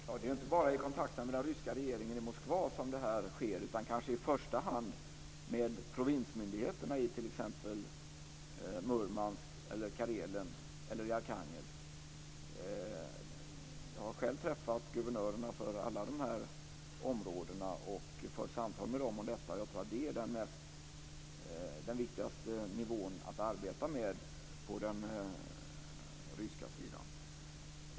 Fru talman! Det är inte bara i kontakterna med den ryska regeringen i Moskva som det här sker utan kanske i första hand i kontakterna med provinsmyndigheterna i t.ex. Murmansk, Karelen eller Arkhangelsk. Jag har själv träffat guvernörerna för alla dessa områden och fört samtal med dem om detta. Jag tror att det är den viktigaste nivån att arbeta med på den ryska sidan.